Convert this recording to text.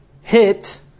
hit